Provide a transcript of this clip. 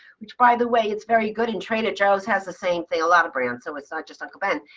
which by the, way it's very good. and trader joe's has the same thing, a lot of brands, so it's not just uncle ben.